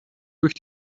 durch